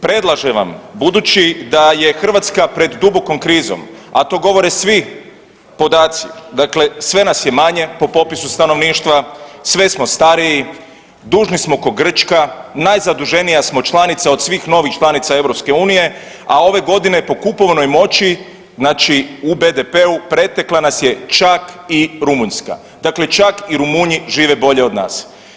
Predlažem vam budući da je Hrvatska pred dubokom krizom, a to govore svi podaci, dakle sve nas je manje po popisu stanovništva, sve smo stariji, dužni smo ko Grčka, najzaduženija smo članica od svih novih članica EU, a ove godine po kupovnoj moći znači u BDP-u pretekla nas je čak i Rumunjska, dakle čak i Rumunji žive bolje od nas.